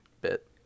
bit